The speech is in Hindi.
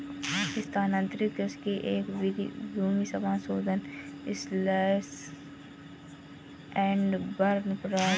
स्थानांतरित कृषि की एक विधि भूमि समाशोधन स्लैश एंड बर्न प्रणाली है